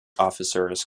officers